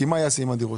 כי מה יעשו עם הדירות?